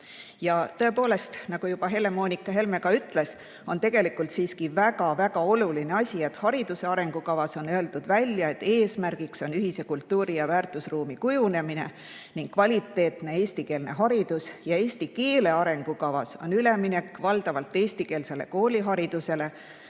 Ja tõepoolest, nagu juba Helle-Moonika Helme ütles, on tegelikult siiski väga oluline asi, et hariduse arengukavas on öeldud välja, et eesmärgiks on ühise kultuuri- ja väärtusruumi kujunemine ning kvaliteetne eestikeelne haridus. Eesti keele arengukavas on [kirjas] üleminek valdavalt eestikeelsele kooliharidusele,